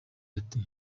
ati